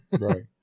right